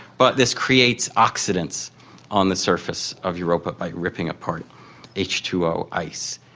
but this creates oxidants on the surface of europa by ripping apart h two o ice.